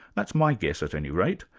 that's my guess, at any rate,